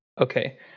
Okay